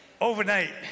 Overnight